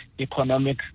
economic